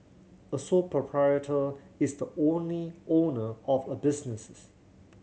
a sole proprietor is the only owner of a businesses